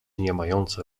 niemające